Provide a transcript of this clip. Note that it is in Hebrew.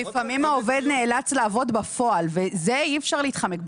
לפעמים העובד נאלץ לעבוד בפועל ומזה אי אפשר להתחמק.